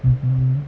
mm hmm